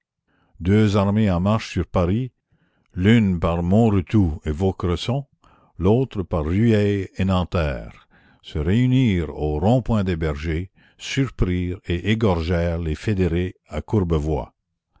deux armées en marche sur paris l'une par montretout et vaucresson l'autre par rueil et nanterre se réunirent au rond point des bergers surprirent et égorgèrent les fédérés à